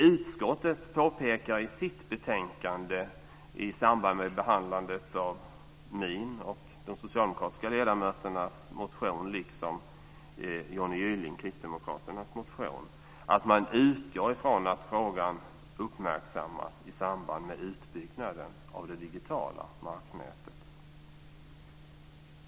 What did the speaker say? Utskottet påpekar i sitt betänkande, i samband med behandlandet av min och de socialdemokratiska ledamöternas motion liksom Kristdemokraternas Johnny Gyllings motion, att man utgår ifrån att frågan uppmärksammas i samband med utbyggnaden av det digitala marknätet.